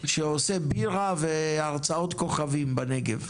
שעושה בירה והרצאות כוכבים בנגב,